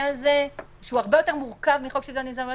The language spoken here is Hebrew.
הזה שהוא הרבה יותר מורכב מחוק שוויון הזדמנויות